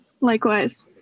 Likewise